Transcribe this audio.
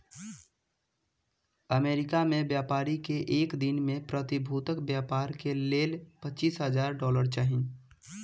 America में व्यापारी के एक दिन में प्रतिभूतिक व्यापार के लेल पचीस हजार डॉलर चाही